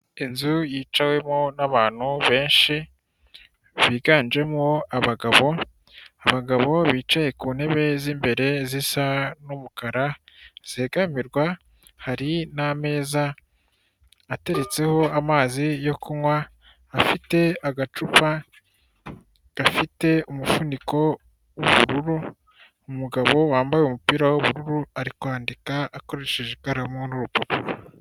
Inzu yicawemo n'abantu benshi biganjemo abagabo, abagabo bicaye ku ntebe z'imbere zisa n'umukara zegamirwa, hari n'ameza ateretseho amazi yo kunywa afite agacupa gafite umufuniko w'ubururu, umugabo wambaye umupira w'ubururu ari kwandika akoresheje ikaramu n'urupapuro.